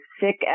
sick